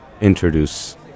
introduce